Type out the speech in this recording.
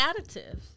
additives